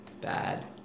bad